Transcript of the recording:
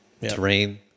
terrain